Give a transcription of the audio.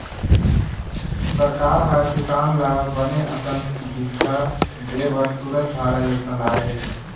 सरकार ह किसान ल बने असन बिजहा देय बर सूरजधारा योजना लाय हे